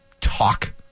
talk